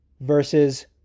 versus